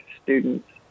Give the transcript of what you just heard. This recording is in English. Students